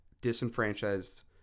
disenfranchised